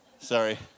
Sorry